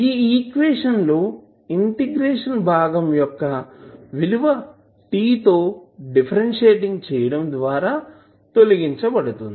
ఈ ఈక్వేషన్ లో ఇంటిగ్రేషన్ భాగం టైం యొక్క విలువ t తో డిఫరెన్షియేటింగ్ చేయడం ద్వారా తొలగించబడుతుంది